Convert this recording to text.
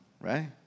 right